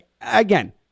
again